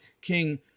King